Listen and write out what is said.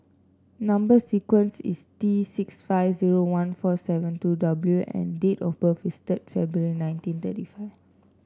number sequence is T six five zero one four seven two W and date of birth is third February nineteen thirty five